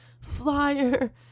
flyer